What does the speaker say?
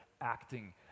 acting